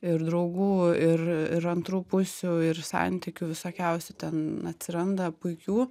ir draugų ir ir antrų pusių ir santykių visokiausių ten atsiranda puikių